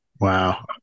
Wow